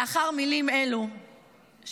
לאחר מילים אלה שציטטתי,